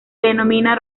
denomina